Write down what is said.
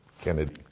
Kennedy